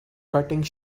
cutting